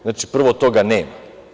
Znači, prvo toga nema.